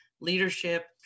leadership